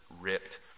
ripped